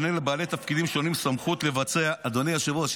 התשפ"ד 2024. עניינה של הצעה זו בביצוע כמה